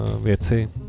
Věci